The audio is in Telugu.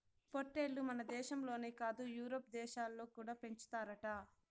పొట్టేల్లు మనదేశంలోనే కాదు యూరోప్ దేశాలలో కూడా పెంచుతారట